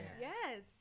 Yes